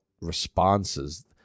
responses